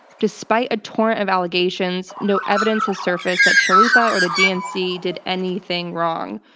despite a torrent of allegations, no evidence has surfaced that chalupa or the dnc did anything wrong.